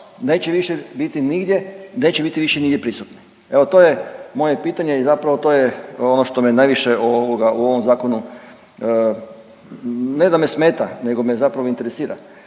neće biti više nigdje prisutni. Evo to je moje pitanje i zapravo to je ono što me najviše ovoga u ovom zakonu ne da me smeta nego me zapravo interesira